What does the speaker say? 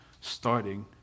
starting